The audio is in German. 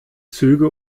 züge